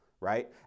right